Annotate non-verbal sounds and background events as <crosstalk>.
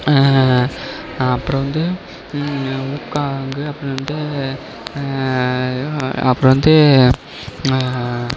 அப்றம் வந்து <unintelligible> அப்றம் வந்து அப்றம் வந்து